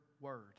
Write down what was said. word